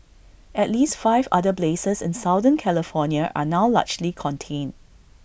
at least five other blazes in southern California are now largely contained